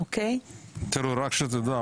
רק שתדע,